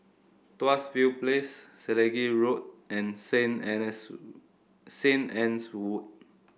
Tuas View Place Selegie Road and St St Anne's Wood